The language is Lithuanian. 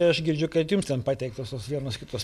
ir aš girdžiu kad jums ten pateiktos tos vienos kitos